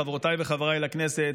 חברותיי וחבריי לכנסת,